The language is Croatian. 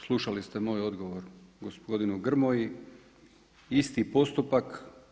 Slušali ste moj odgovor gospodinu Grmoji, isti postupak.